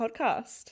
podcast